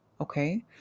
Okay